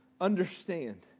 understand